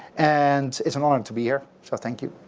and it's an honor to be here. so thank you.